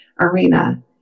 arena